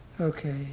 okay